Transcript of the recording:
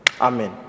Amen